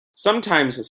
sometimes